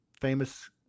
famous